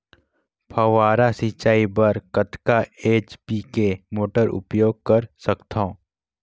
फव्वारा सिंचाई बर कतका एच.पी के मोटर उपयोग कर सकथव?